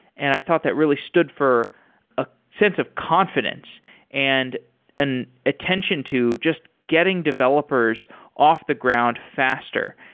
and i thought that really stood for a sense of confidence and an attention to just getting developers off the ground faster.